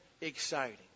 exciting